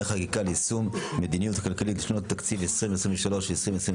חקיקה ליישום המדיניות הכלכלית לשנות התקציב 2023 ו-2024),